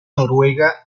noruega